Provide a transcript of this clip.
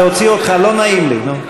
להוציא אותך לא נעים לי, נו.